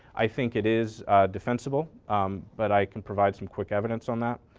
i think it is defensible but i can provide some quick evidence on that.